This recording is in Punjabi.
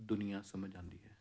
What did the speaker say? ਦੁਨੀਆ ਸਮਝ ਆਉਂਦੀ ਹੈ